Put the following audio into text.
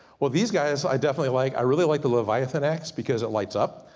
well these guys i definitely like. i really like the leviathan axe because it lights up.